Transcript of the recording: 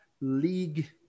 league